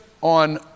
on